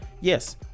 Yes